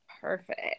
Perfect